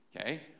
okay